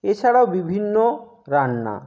এছাড়াও বিভিন্ন রান্না